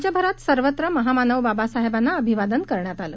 राज्यभरातसर्वत्रमहामानवबाबासाहेबांनाअभिवादनकरण्यातआल